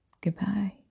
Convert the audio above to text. Goodbye